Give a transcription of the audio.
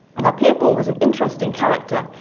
now, pierre boulle was an interesting character.